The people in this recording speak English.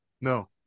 No